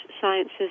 sciences